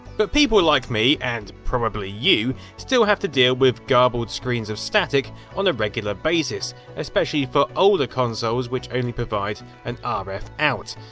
but people like me, and probably you, still have to deal with garbled screens of static on a regular basis, especially for older consoles which only provide an ah rf output,